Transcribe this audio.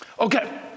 Okay